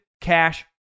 Cash